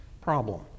problem